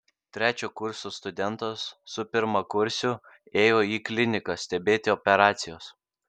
trečio kurso studentas su pirmakursiu ėjo į kliniką stebėti operacijos